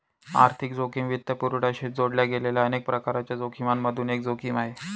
आर्थिक जोखिम वित्तपुरवठ्याशी जोडल्या गेलेल्या अनेक प्रकारांच्या जोखिमिमधून एक जोखिम आहे